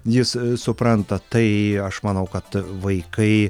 jis supranta tai aš manau kad vaikai